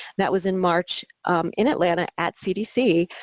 that was in march in atlanta at cdc,